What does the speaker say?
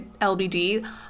LBD